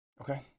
Okay